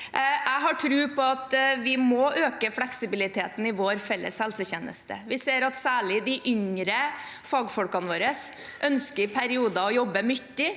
Jeg har tro på at vi må øke fleksibiliteten i vår felles helsetjeneste. Vi ser at særlig de yngre fagfolkene våre ønsker å jobbe mye i